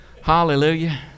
hallelujah